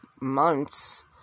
months